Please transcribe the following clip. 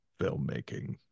filmmaking